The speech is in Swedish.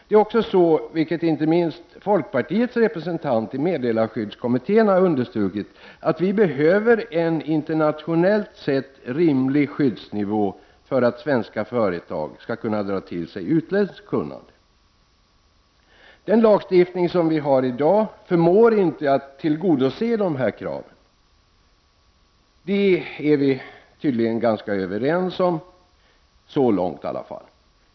Det är också så, vilket inte minst folkpartiets representant i meddelarskyddskommittén har understrukit, att vi behöver en internationellt sett rimlig skyddsnivå för att svenska företag skall kunna dra till sig utländskt kunnande. Den lagstiftning som vi har i dag förmår inte att tillgodose de här kraven, och det är vi tydligen i stort sett överens om.